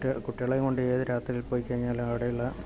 കുട്ടികളെയും കൊണ്ട് ഏതു രാത്രി പോയികഴിഞ്ഞാലും അവിടെയുള്ള